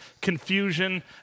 confusion